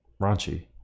raunchy